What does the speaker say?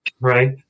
right